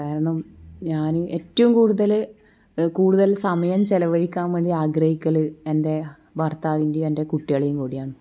കാരണം ഞാൻ ഏറ്റവും കൂടുതൽ കൂടുതൽ സമയം ചിലവഴിക്കാൻ വേണ്ടി ആഗ്രഹിക്കൽ എൻ്റെ ഭർത്താവിന്റേം എൻ്റെ കുട്ടികളുടെയും കൂടെയാണ്